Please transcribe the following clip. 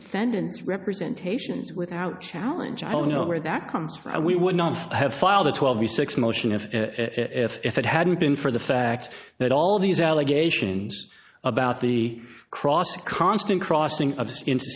defendant's representation is without challenge i don't know where that comes from we would not have filed the twelve the six motion if if if it hadn't been for the fact that all these allegations about the cross constant crossing